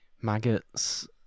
Maggots